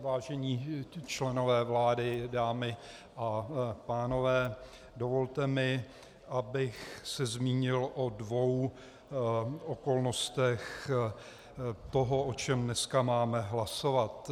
Vážení členové vlády, dámy a pánové, dovolte mi, abych se zmínil o dvou okolnostech toho, o čem dneska máme hlasovat.